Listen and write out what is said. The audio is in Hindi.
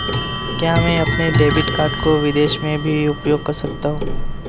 क्या मैं अपने डेबिट कार्ड को विदेश में भी उपयोग कर सकता हूं?